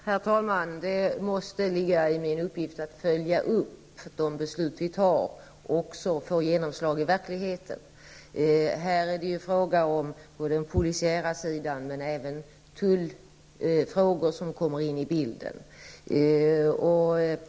Herr talman! Det måste ligga i min uppgift att följa upp de beslut som vi fattar och att se till att dessa beslut också får genomslag i verkligheten. I detta sammanhang är det fråga om hur den polisiära sidan, men även tullfrågorna, kommer in i bilden.